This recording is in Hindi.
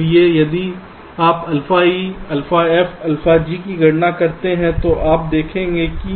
इसलिए यदि आप अब alpha E alpha F और alpha G की गणना करते हैं तो आप देखेंगे कि